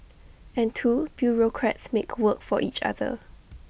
and two bureaucrats make work for each other